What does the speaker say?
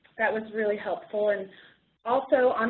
that was really helpful. and also,